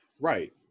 Right